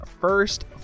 first